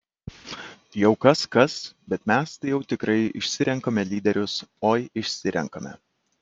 jau kas kas bet mes tai jau tikrai išsirenkame lyderius oi išsirenkame